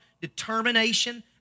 determination